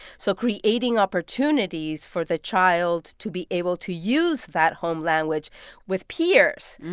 so creating opportunities for the child to be able to use that home language with peers,